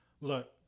look